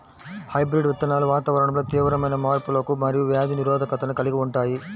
hybrid విత్తనాలు వాతావరణంలో తీవ్రమైన మార్పులకు మరియు వ్యాధి నిరోధకతను కలిగి ఉంటాయి